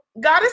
Goddess